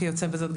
כיוצא בזאת,